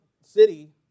city